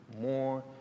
more